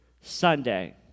Sunday